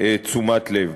תשומת לב.